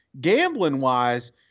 gambling-wise